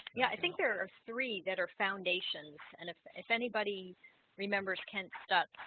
yeah, i think there are three that are foundations. and if if anybody remembers kent stuff